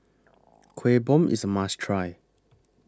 Kueh Bom IS A must Try